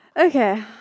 Okay